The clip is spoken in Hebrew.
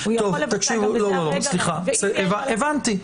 הבנתי.